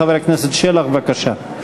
חבר הכנסת שלח, בבקשה.